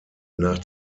nach